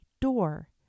door